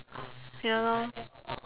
ya lor